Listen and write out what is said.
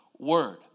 word